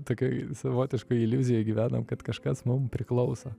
tokia savotiškoj iliuzijoj gyvenam kad kažkas mum priklauso